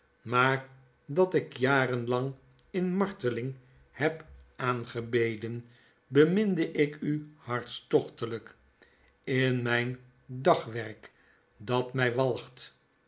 maar datikjarenlang in marteling heb aangebeden beminde ik u hartstochtelyk in mijn dagwerk dat mij walgt